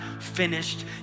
finished